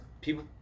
people